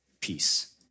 peace